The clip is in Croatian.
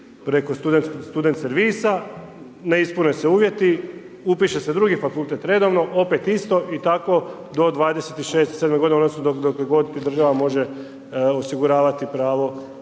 preko student servisa, ne ispune se uvjeti, upiše se drugi fakultet redovno, opet isto, i tako do 26, 27 g. dokle god ti država može osiguravati pravo